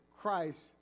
Christ